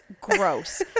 gross